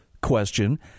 question